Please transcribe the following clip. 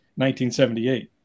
1978